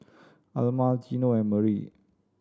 Alma Gino and Marie